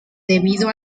debido